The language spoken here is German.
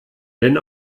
denn